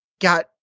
got